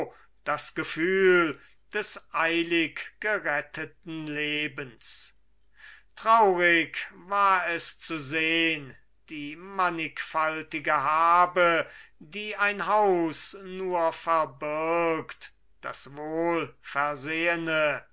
das gefühl des eilig geretteten lebens traurig war es zu sehn die mannigfaltige habe die ein haus nur verbirgt das